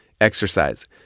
Exercise